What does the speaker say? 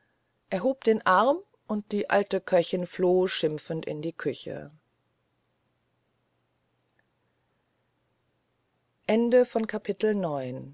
hob den arm und die alte köchin floh schimpfend in die küche